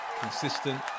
consistent